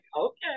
Okay